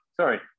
Sorry